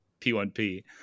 P1P